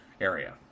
area